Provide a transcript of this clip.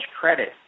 credit